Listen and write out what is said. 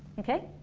okay?